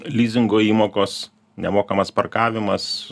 lizingo įmokos nemokamas parkavimas